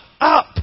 up